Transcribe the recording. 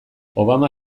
obama